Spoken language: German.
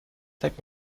zeig